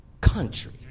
country